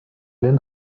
lynn